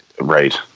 Right